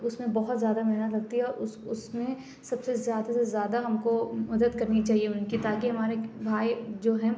اُس میں بہت زیادہ محنت لگتی ہے اور اُس اُس میں سب سے زیادہ سے زیادہ ہم کو مدد کرنی چاہیے اُن کی تا کہ ہمارے بھائی جو ہیں